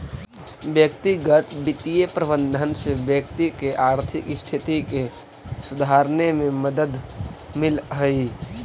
व्यक्तिगत वित्तीय प्रबंधन से व्यक्ति के आर्थिक स्थिति के सुधारने में मदद मिलऽ हइ